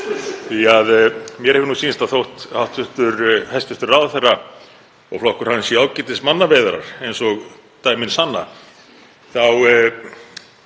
mér hefur sýnst að þótt hæstv. ráðherra og flokkur hans séu ágætismannaveiðarar, eins og dæmin sanna,